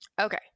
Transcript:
Okay